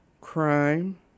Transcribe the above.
crime